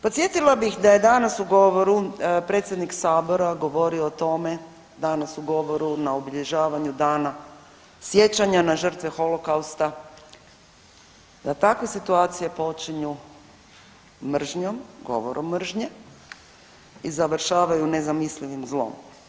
Podsjetila bih da je danas u govoru predsjednik sabora govorio o tome, danas u govoru na obilježavanju Dana sjećanja na žrtve Holokausta da takve situacije počinju mržnjom, govorom mržnje i završavaju nezamislivim zlom.